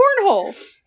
cornhole